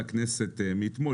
לחברי הכנסת מאתמול,